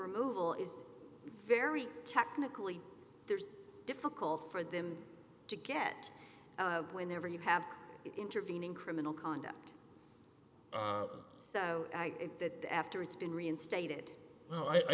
removal is very technically there's difficult for them to get whenever you have intervening criminal conduct so after it's been reinstated oh i